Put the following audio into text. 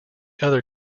other